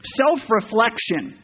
self-reflection